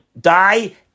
die